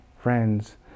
friends